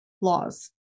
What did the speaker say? laws